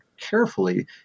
carefully